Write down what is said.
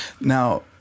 Now